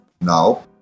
no